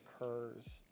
occurs